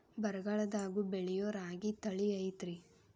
ಬರಗಾಲದಾಗೂ ಬೆಳಿಯೋ ರಾಗಿ ತಳಿ ಐತ್ರಿ?